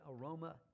aroma